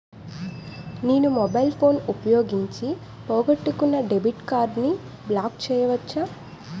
నేను mobile phone ఉపయోగించి పోగొట్టుకున్న డెబిట్ కార్డ్ని బ్లాక్ చేయవచ్చా?